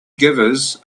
givers